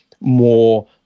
more